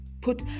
put